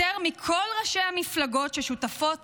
יותר מכל ראשי המפלגות ששותפות